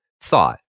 thought